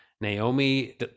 Naomi